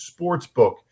Sportsbook